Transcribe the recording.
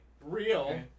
real